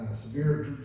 severe